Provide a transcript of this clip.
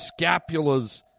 scapulas